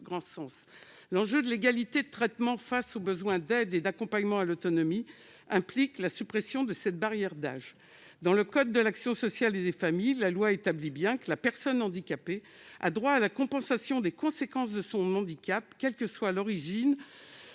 L'enjeu de l'égalité de traitement face au besoin d'aide et d'accompagnement à l'autonomie implique la suppression de cette barrière d'âge. Le code de l'action sociale et des familles prévoit que la personne handicapée a droit à la compensation des conséquences de son handicap, quels que soient l'origine